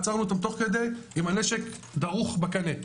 עצרנו אותם תוך כדי עם הנשק דרוך בקנה.